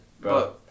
Bro